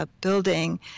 Building